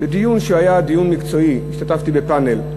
לדיון שהיה דיון מקצועי, והשתתפתי בפאנל.